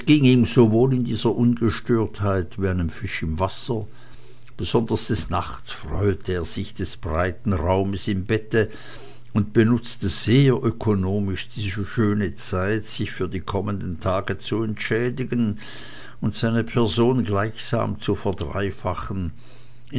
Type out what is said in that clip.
wohl in dieser ungestörtheit wie einem fisch im wasser besonders des nachts freute er sich des breiten raumes im bette und benutzte sehr ökonomisch diese schöne zeit sich für die kommenden tage zu entschädigen und seine person gleichsam zu verdreifachen